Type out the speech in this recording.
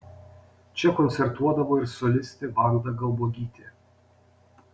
čia koncertuodavo ir solistė vanda galbuogytė